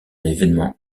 événement